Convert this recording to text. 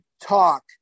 talk